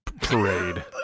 parade